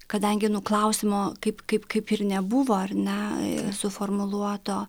kadangi nu klausimo kaip kaip kaip ir nebuvo ar ne suformuluoto